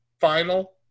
final